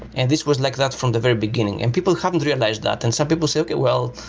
and this was like that from the very beginning, and people haven's realized that and some people say, okay. well,